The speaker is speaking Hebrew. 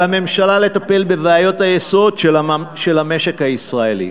על הממשלה לטפל בבעיות היסוד של המשק הישראלי